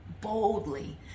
boldly